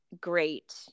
great